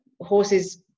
horses